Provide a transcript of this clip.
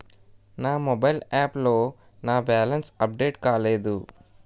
నా mobile app లో నా బ్యాలెన్స్ అప్డేట్ కాలేదు